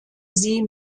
sie